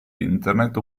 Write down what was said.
internet